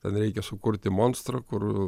ten reikia sukurti monstrą kur